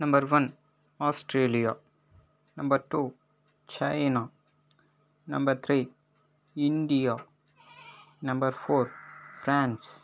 number one Australia number two China number three India number four France